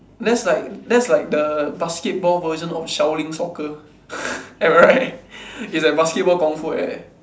that's like that's like the basketball version of shaolin soccer right is like basketball kungfu like that